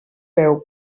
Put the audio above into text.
veu